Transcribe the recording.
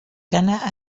dyna